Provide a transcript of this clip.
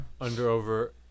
Underover